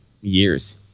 years